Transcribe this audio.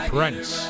Prince